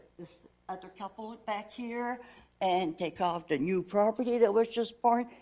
this other couple and back here and take off the new property that was just bought,